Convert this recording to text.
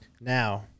Now